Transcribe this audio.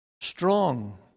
strong